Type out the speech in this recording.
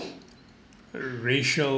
racial